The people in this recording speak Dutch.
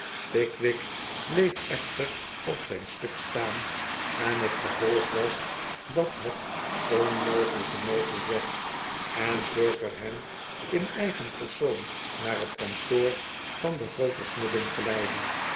pickwick bleef echter op zijn stuk staan en het gevolg was dat het onmogelijke mogelijk werd en perker hem in eigen persoon naar het kantoor van den grooten